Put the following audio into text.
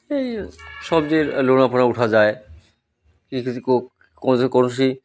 ଏଇ ସବ୍ଜି ଲୁଣଫୁଣା ଉଠାଯାଏ କି କିଛି କୌଣସି